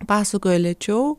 pasakoja lėčiau